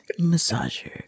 massager